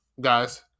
guys